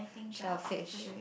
shellfish